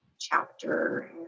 chapter